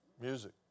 music